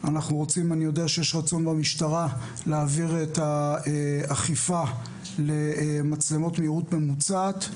אני יודע שיש רצון למשטרה להעביר את האכיפה למצלמות מהירות ממוצעת,